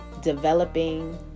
developing